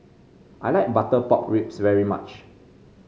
I like Butter Pork Ribs very much